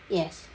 yes